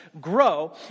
grow